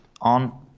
on